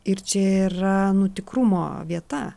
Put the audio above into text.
ir čia yra nu tikrumo vieta